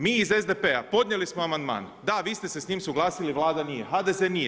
Mi iz SDP-a podnijeli smo amandman, da vi ste se s tim suglasili, Vlada nije, HDZ nije.